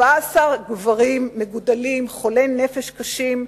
14 גברים מגודלים, חולי נפש קשים,